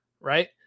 Right